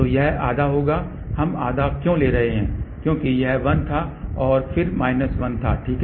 तो यह आधा होगा कि हम आधा क्यों ले रहे हैं क्योंकि यह 1 था और फिर माइनस 1 ठीक है